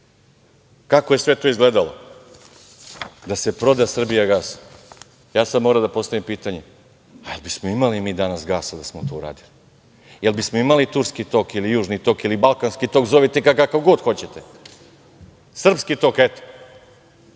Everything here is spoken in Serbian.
kako je sve to izgledalo, da se proda Srbija gas. Ja sad moram da postavim pitanje - da li bismo mi imali danas gasa da smo to uradili? Da li bismo imali Turski tok, Južni tok, Balkanski tok, zovite ga kako god hoćete, srpski tok? Jel